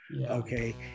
okay